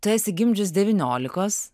tu esi gimdžius devyniolikos